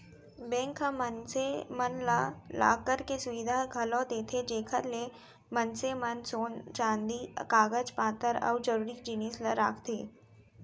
bank ह मनसे मन ला लॉकर के सुबिधा घलौ देथे जेकर ले मनसे मन सोन चांदी कागज पातर अउ जरूरी जिनिस ल राखथें